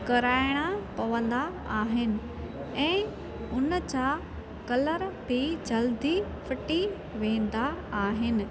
कराइणा पवंदा आहिनि ऐं उन जा कलर बि जल्दी फिटी वेंदा आहिनि